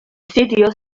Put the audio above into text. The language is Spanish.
sitio